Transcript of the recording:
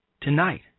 Tonight